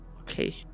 okay